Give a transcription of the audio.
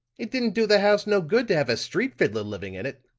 it didn't do the house no good to have a street fiddler living in it